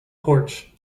porch